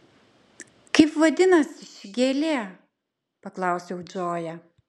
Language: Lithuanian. kaip vadinasi ši gėlė paklausiau džoją